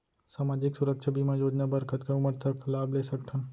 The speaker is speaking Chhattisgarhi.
सामाजिक सुरक्षा बीमा योजना बर कतका उमर तक लाभ ले सकथन?